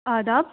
آداب